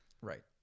Right